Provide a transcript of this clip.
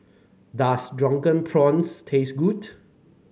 does Drunken Prawns taste good